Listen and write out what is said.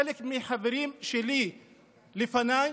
חלק מחברים שלי לפניי,